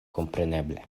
kompreneble